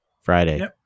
Friday